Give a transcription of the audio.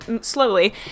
slowly